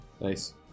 Nice